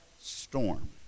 storm